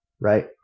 Right